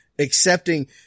Accepting